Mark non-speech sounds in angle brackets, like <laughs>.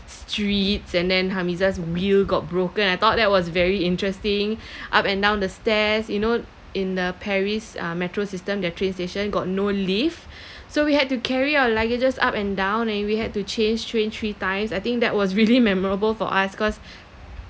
streets and then Hamiza's wheel got broken I thought that was very interesting <breath> up and down the stairs you know in the paris uh metro system their train station got no lift <breath> so we had to carry our luggages up and down and we had to change train three times I think that was really <laughs> memorable for us cause